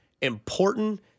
important